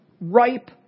ripe